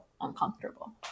uncomfortable